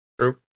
True